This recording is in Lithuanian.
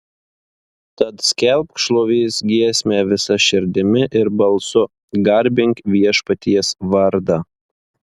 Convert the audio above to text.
tad skelbk šlovės giesmę visa širdimi ir balsu garbink viešpaties vardą